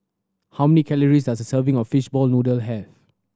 how me calories does a serving of fishball noodle have